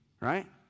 right